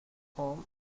home